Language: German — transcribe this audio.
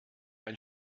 ein